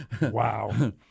Wow